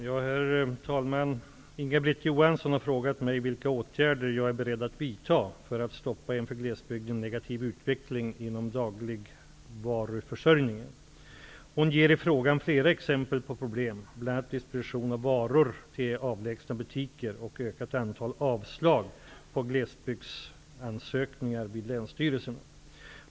Herr talman! Inga-Britt Johansson har frågat mig vilka åtgärder jag är beredd att vidta för att stoppa en för glesbygden negativ utveckling inom dagligvaruförsörjningen. Hon ger i frågan flera exempel på problem bl.a. distributionen av varor till avlägsna butiker och ökat antal avslag på glesbygdsstödsansökningar vid länsstyrelserna.